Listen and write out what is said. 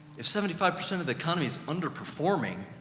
if seventy five percent of the economy is under-performing,